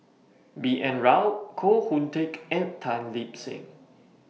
B N Rao Koh Hoon Teck and Tan Lip Seng